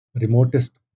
remotest